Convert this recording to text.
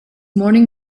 morning